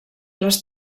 les